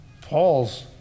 Paul's